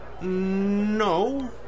No